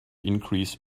increase